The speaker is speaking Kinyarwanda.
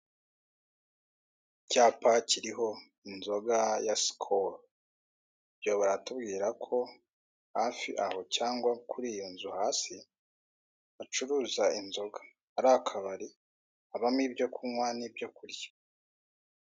Icyapa kiriho inzoga ya sikoro ibyo baratubwira ko hafi aho cyangwa kuri iyo nzu hasi bacuruza inzoga ari akabari, habamo ibyo kunywa n'ibyo kurya